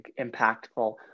impactful